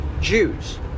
Jews